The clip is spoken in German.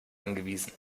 angewiesen